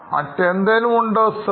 മറ്റെന്തെങ്കിലും ഉണ്ടോ സാർ